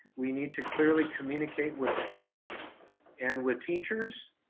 we need to clearly communicate with parents and with teachers.